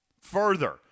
Further